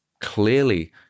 clearly